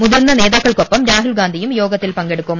മുതിർന്ന് നേതാക്കൾക്കൊപ്പം രാഹുൽഗാന്ധിയും യോഗത്തിൽ പങ്കെടുത്തേക്കും